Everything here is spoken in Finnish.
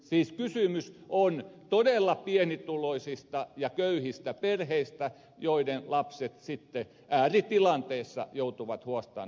siis kysymys on todella pienituloisista ja köyhistä perheistä joiden lapset sitten ääritilanteissa joutuvat huostaan otetuiksi